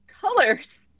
colors